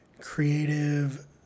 creative